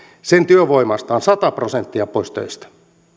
sen työvoimasta on sata prosenttia pois töistä